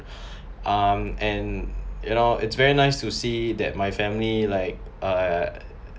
um and you know it's very nice to see that my family like uh